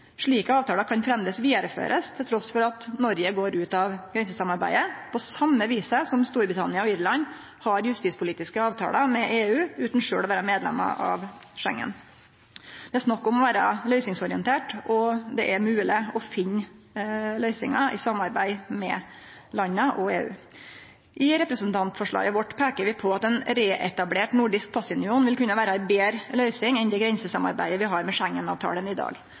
Slike avtalar kan framleis vidareførast trass i at Noreg går ut av grensesamarbeidet, på same vis som Storbritannia og Irland har justispolitiske avtalar med EU utan sjølve å vere medlemer av Schengen. Det er snakk om å vere løysingsorientert, og det er mogleg å finne løysingar i samarbeid med landa og EU. I representantforslaget vårt peiker vi på at ein reetablert nordisk passunion vil kunne vere ei betre løysing enn det grensesamarbeidet vi har ut frå Schengen-avtalen i dag.